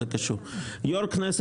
יושב ראש הכנסת,